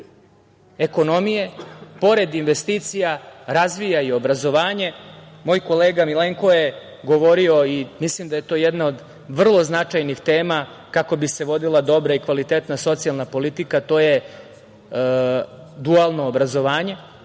ekonomije, pored investicija, razvija i obrazovanje. Moj kolega Milenko je govorio i mislim da je to jedna od vrlo značajnih tema kako bi se vodila dobra i kvalitetna socijalna politika, a to je dualno obrazovanje.